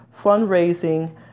fundraising